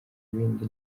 ibindi